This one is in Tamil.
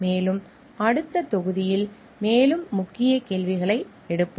மேலும் அடுத்த தொகுதியில் மேலும் முக்கிய கேள்விகளை எடுப்போம்